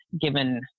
given